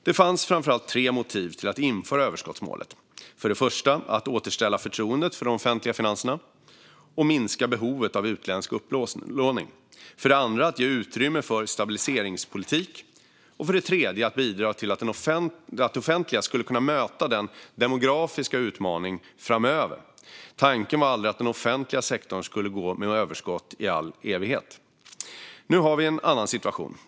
Det fanns framför allt tre motiv till att införa överskottsmålet: för det första att återställa förtroendet för de offentliga finanserna och minska behovet av utländsk upplåning, för det andra att ge utrymme för stabiliseringspolitik och för det tredje att bidra till att det offentliga skulle kunna möta den demografiska utmaningen framöver. Tanken var aldrig att den offentliga sektorn skulle gå med överskott i all evighet. Nu har vi en annan situation.